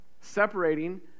separating